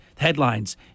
headlines